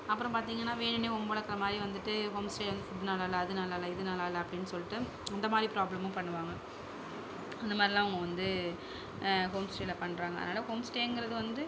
அப்பறம் பார்த்தீங்கன்னா வேணும்னே வம்பளக்கிற மாதிரி வந்துட்டு ஹோம் ஸ்டே வந்து ஃபுட் நல்லால்ல அது நல்லாயில்ல இது நல்லாயில்ல அப்படின் சொல்லிட்டு இந்த மாதிரி ப்ராப்ளமும் பண்ணுவாங்க அந்த மாதிரிலாம் அவங்க வந்து ஹோம் ஸ்டேயில் பண்ணுறாங்க அதனால் ஹோம் ஸ்டேங்கிறது வந்து